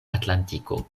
atlantiko